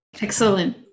Excellent